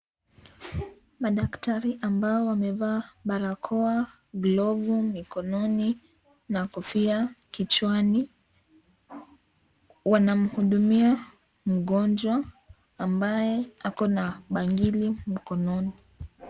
Madaktari ambao wamevaa barakoa, glovu mikononi na kofia kichwani, wanamhudumia mgonjwa ambaye ako na bangili mkononi.